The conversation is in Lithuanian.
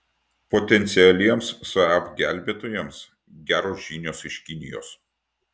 potencialiems saab gelbėtojams geros žinios iš kinijos